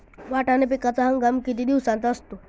वाटाणा पिकाचा हंगाम किती दिवसांचा असतो?